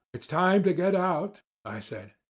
it's time to get out i said.